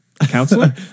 Counselor